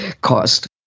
cost